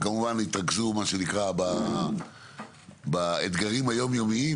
וכמובן התרכזו מה שנקרא באתגרים היום יומיים,